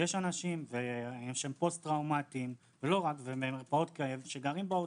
יש אנשים שהם פוסט טראומתיים שגרים בעוטף,